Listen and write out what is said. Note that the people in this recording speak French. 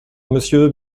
monsieur